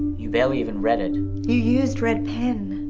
you barely even read it. you used red pen.